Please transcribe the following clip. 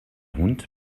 hund